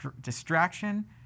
distraction